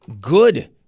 good